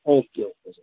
okay okay sir